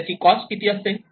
त्याची कॉस्ट किती असेल